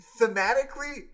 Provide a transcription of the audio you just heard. thematically